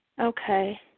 Okay